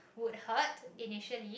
would hurt initially